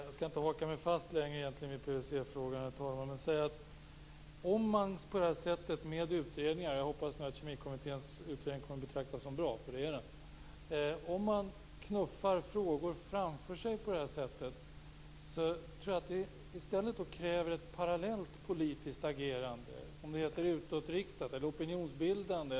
Jag skall inte haka mig fast längre vid PVC frågan. Jag hoppas att Kemikommitténs utredning kommer att betraktas som bra, för det är den. Om man knuffar frågor framför sig på det här sättet kräver det ett parallellt politiskt agerande som är utåtriktat eller opinionsbildande.